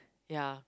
ya